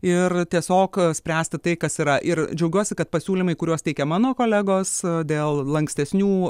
ir tiesiog spręsti tai kas yra ir džiaugiuosi kad pasiūlymai kuriuos teikia mano kolegos dėl lankstesnių